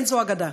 אין זו אגדה,